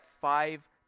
five